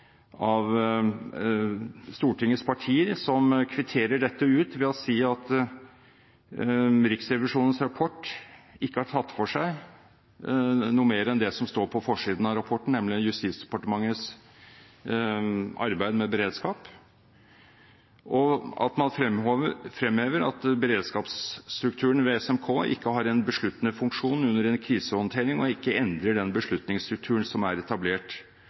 av Stortingets partier som kvitterer dette ut ved å si at Riksrevisjonens rapport ikke har tatt for seg noe mer enn det som står på forsiden av rapporten, nemlig Justisdepartementets arbeid med beredskap, og at man fremhever at beredskapsstrukturen ved SMK ikke har en besluttende funksjon under en krisehåndtering, og ikke endrer den beslutningsstrukturen som er etablert,